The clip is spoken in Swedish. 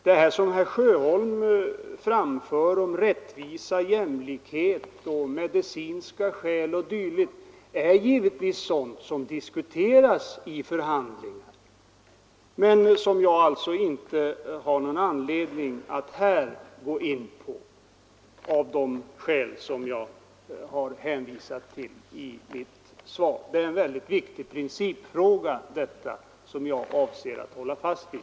Detta som herr Sjöholm anför om rättvisa, jämlikhet, medicinska skäl o. d. är givetvis sådant som diskuteras i förhandlingarna men som jag alltså inte har någon anledning att här gå in på, av de skäl som jag har hänvisat till i mitt svar. Detta är en väldigt viktig princip, som jag avser att hålla fast vid.